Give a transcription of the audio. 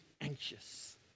anxious